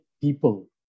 people